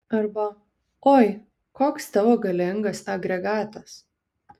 arba oi koks tavo galingas agregatas